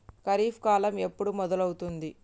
ఖరీఫ్ కాలం ఎప్పుడు మొదలవుతుంది?